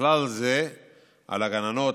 ובכלל זה על הגננות,